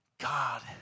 God